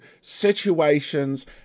situations